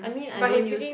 I mean I don't use